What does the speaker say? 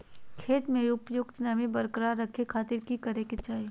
खेत में उपयुक्त नमी बरकरार रखे खातिर की करे के चाही?